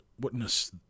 witness